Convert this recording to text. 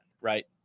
right